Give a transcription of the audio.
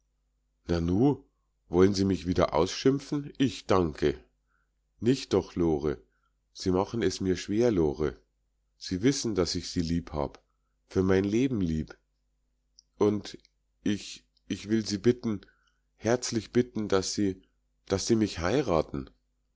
wollen sie mich wieder ausschimpfen ich danke nicht doch lore sie machen es mir schwer lore sie wissen daß ich sie lieb hab für mein leben lieb und ich ich will sie bitten herzlich bitten daß sie daß sie mich heiraten